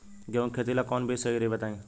गेहूं के खेती ला कोवन बीज सही रही बताई?